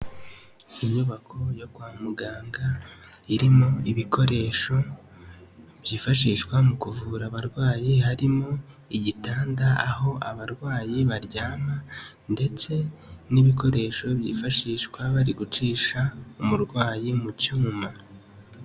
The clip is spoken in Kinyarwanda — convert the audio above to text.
Inyubako yo kwa muganga irimo ibikoresho byifashishwa mu kuvura abarwayi, harimo igitanda, aho abarwayi baryama ndetse n'ibikoresho byifashishwa bari gucisha umurwayi mu cyuma.